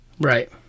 Right